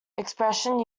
expression